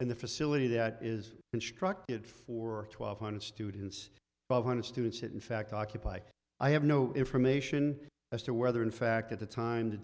in the facility that is constructed for twelve hundred students hundred students that in fact occupy i have no information as to whether in fact at the time the